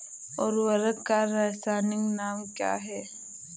उर्वरक का रासायनिक नाम क्या है?